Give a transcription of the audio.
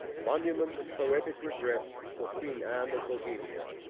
monument of poetic regret, for queen anne of bohemia,